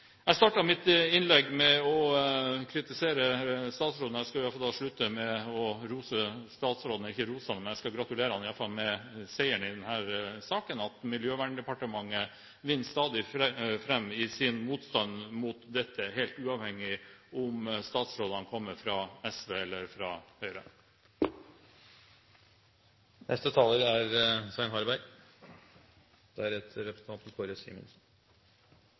Jeg håper jo at noen etter hvert også kan begynne å gripe fatt i det. Jeg startet mitt innlegg med å kritisere statsråden. Jeg skal slutte med å gratulere statsråden med seieren i denne saken. Miljøverndepartementet vinner stadig fram med sin motstand mot dette, helt uavhengig av om statsråden kommer fra SV eller fra